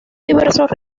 diversos